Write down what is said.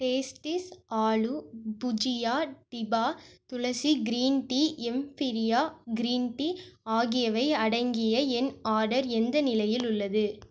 Tasties aloo bhujia டிபா Tulsi green tea எம்ஃபீரியா green tea ஆகியவை அடங்கிய என் ஆர்டர் எந்த நிலையில் உள்ளது